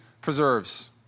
preserves